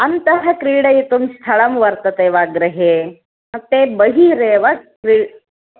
अन्तः क्रीडितुं स्थलं वर्तते वा गृहे तत् ते बहिरेव क्रि